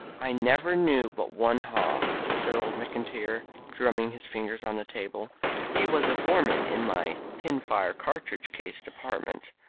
i never knew but one haw, said old mcintyre, drumming his fingers on the table he was a foreman in my pin-fire cartridge-case department.